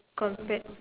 compared